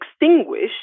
extinguished